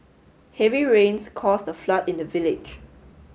heavy rains caused a flood in the village